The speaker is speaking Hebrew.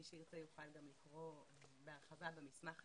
מי שירצה יוכל גם לקרוא בהרחבה את המסמך עצמו.